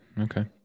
okay